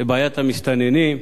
לבעיית המסתננים,